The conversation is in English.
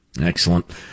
Excellent